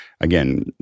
again